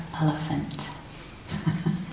elephant